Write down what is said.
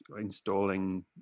installing